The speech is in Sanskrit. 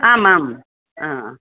आमां हा